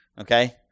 Okay